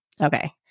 Okay